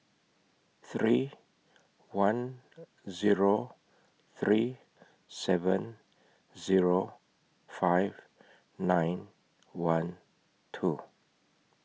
three one Zero three seven Zero five nine one two